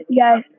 yes